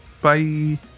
Bye